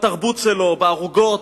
בתרבות שלו, בערוגות.